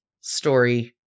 story